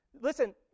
Listen